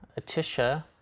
Atisha